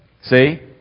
See